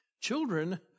Children